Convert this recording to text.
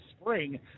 spring